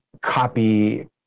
copy